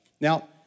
Now